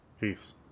Peace